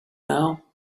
now